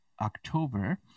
October